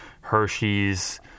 Hershey's